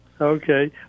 Okay